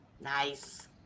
Nice